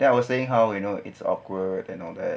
then I was saying how you know it's awkward and all that